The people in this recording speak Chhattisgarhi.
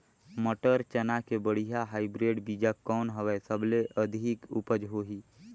मटर, चना के बढ़िया हाईब्रिड बीजा कौन हवय? सबले अधिक उपज होही?